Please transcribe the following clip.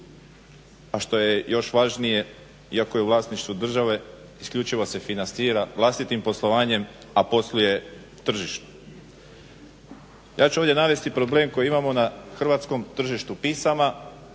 a što je još važnije iako je u vlasništvu države isključivo se financira vlastitim poslovanjem, a posluje tržišno. Ja ću ovdje navesti problem koji imamo na hrvatskom tržištu pisama,